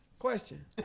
question